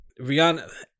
Rihanna